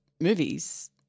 movies